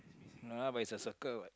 !huh! but it's a circle